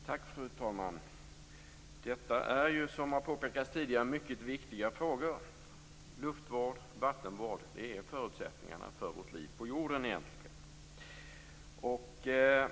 Fru talman! Detta är som påpekats tidigare mycket viktiga frågor. Luftvård och vattenvård gäller förutsättningarna för vårt liv på jorden.